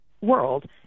world